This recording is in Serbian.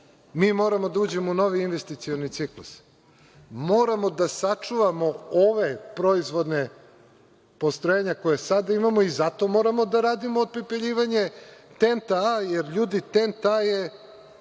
mi moramo da uđemo u novi investicioni ciklus. Moramo da sačuvamo ova proizvodna postrojenja koja sada imamo i zato moramo da radimo odpepeljivanje „TENT A“ jer ljudi, „TENT A“ je